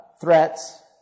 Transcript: threats